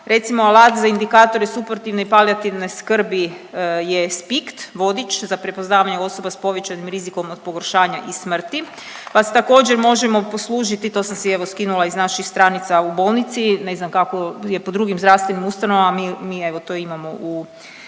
Recimo alat za indikatore suportivne i palijativne skrbi je SPICT vodič za prepoznavanje osoba s povećanim rizikom od pogoršanja i smrti pa se također možemo poslužiti, to sam si evo skinula iz naših stranica u bolnici, ne znam kako je po drugim zdravstvenim ustanovama, mi evo to imamo u